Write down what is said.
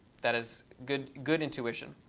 that is good, good intuition.